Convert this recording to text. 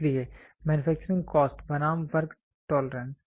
इसलिए manufacturing cost बनाम work tolerance